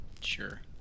sure